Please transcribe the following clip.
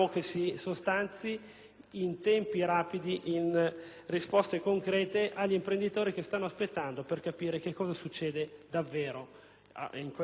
in tempi rapidi in risposte concrete agli imprenditori che stanno aspettando per capire cosa accadrà davvero agli studi di settori.